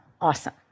Awesome